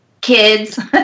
Kids